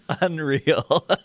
unreal